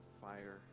fire